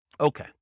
Okay